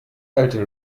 alte